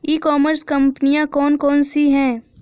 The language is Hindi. ई कॉमर्स कंपनियाँ कौन कौन सी हैं?